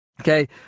Okay